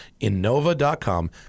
Innova.com